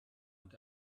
und